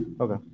okay